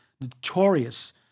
notorious